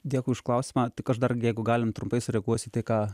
dėkui už klausimą tik aš dar jeigu galim trumpai sureaguosiu į tai ką